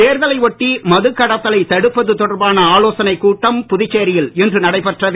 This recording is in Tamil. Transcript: தேர்தலை ஒட்டி மதுக்கடத்தலை தடுப்பது தொடர்பான ஆலோசனை கூட்டம் புதுச்சேரியில் இன்று நடைபெற்றது